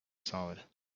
solid